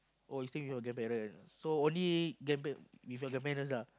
oh you staying with your grandparents so only grandparent with your grandparents lah